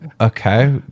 Okay